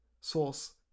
Source